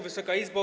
Wysoka Izbo!